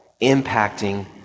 impacting